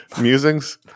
musings